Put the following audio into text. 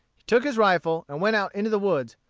he took his rifle, and went out into the woods,